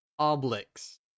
Oblix